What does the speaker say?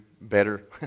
better